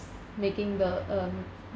making the um